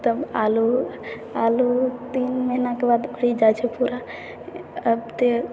आब तऽ आलू आलू तीन महिनाके बाद उखड़ि जाइत छै पूरा आब तऽ